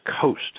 Coast